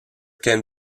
can